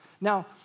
Now